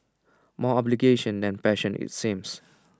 more obligation than passion its seems